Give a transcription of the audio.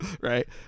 Right